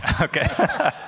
Okay